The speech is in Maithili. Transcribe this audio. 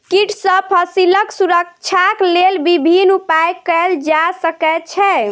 कीट सॅ फसीलक सुरक्षाक लेल विभिन्न उपाय कयल जा सकै छै